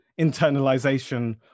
internalization